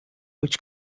which